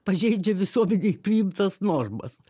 pažeidžia visuomenėj priimtas normas